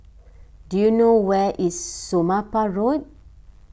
do you know where is Somapah Road